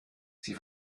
sie